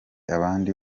abandi